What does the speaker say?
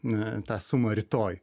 ne tą sumą rytoj